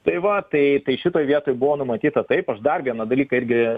tai va tai tai šitoj vietoj buvo numatyta taip aš dar vieną dalyką irgi